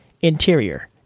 Interior